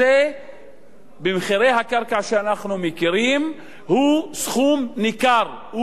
במחירי הקרקע שאנחנו מכירים הוא סכום ניכר,